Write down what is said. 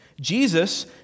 Jesus